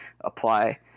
apply